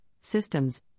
systems